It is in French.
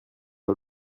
pas